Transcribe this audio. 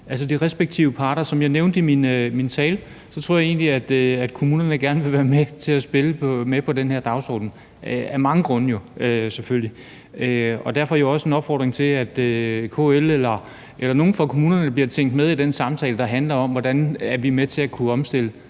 de respektive parter: Som jeg nævnte i min tale, troede jeg egentlig, at kommunerne gerne ville være med til at spille med på den her dagsorden af mange grunde selvfølgelig. Derfor skal det også være en opfordring til, at KL eller nogle fra kommunerne bliver tænkt med i den samtale, der handler om, hvordan vi er med til at kunne omstille